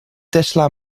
tesla